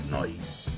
night